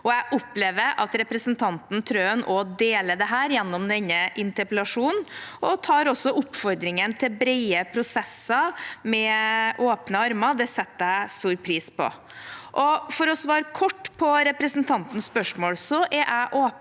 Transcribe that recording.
Jeg opplever at representanten Trøen deler dette gjennom denne interpellasjonen, og at hun også tar imot oppfordringen til brede prosesser med åpne armer. Det setter jeg stor pris på. For å svare kort på representantens spørsmål: Jeg er åpen